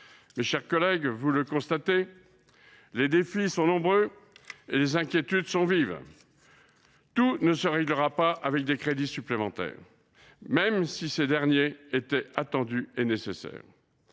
Mes chers collègues, vous le constatez, les défis sont nombreux et les inquiétudes vives. Tout ne se réglera pas avec des crédits supplémentaires, même s’ils sont attendus et nécessaires.